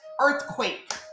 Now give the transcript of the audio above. earthquake